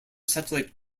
satellite